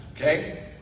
Okay